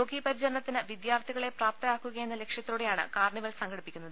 രോഗീപരിചരണത്തിന് വിദ്യാർഥികളെ പ്രാപ്തരാക്കുകയെന്ന ലക്ഷ്യത്തോടെയാണ് കാർണിവൽ സംഘടിപ്പിക്കുന്നത്